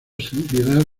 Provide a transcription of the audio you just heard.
seriedad